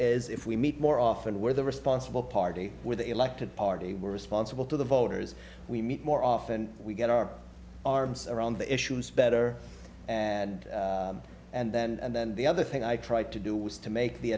is if we meet more often where the responsible party or the elected party we're responsible to the voters we meet more often we get our arms around the issues better and and then and then the other thing i tried to do was to make the